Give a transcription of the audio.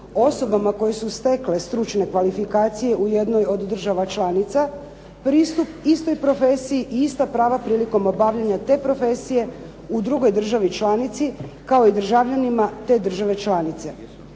osobama koje su stekle stručne kvalifikacije u jednoj od država članica, pristup istoj profesiji i ista prava prilikom obavljanja te profesije u drugoj državi članici kao i državljanima te države članice.